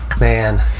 Man